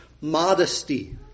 modesty